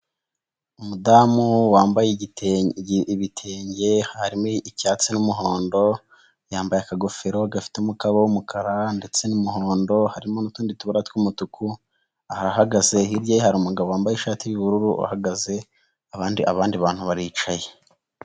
Umudamu wambaye ibitenge harimo icyatsi n'umuhondo, yambaye akagofero gafite umukaba w'umukara ndetse n'umuhondo, harimo n'utundi tubara tw'umutuku arahagaze hirya hari umugabo wambaye ishati y'ubururu uhagaze, abandi bantu baricaye.